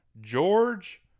George